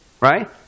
Right